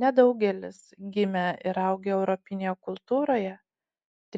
nedaugelis gimę ir augę europinėje kultūroje